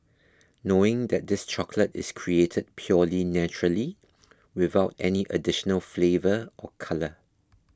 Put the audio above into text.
knowing that this chocolate is created purely naturally without any additional flavour or colour